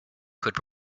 could